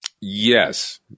Yes